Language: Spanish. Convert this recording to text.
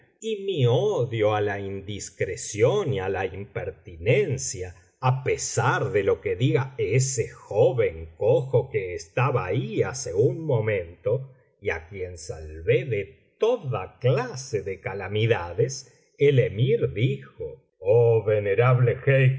odio á la indiscreción y á la impertinencia á pesar de lo que diga ese joven cojo que estaba ahí hace un momento y á quien salvé de toda clase de calamidades el emir dijo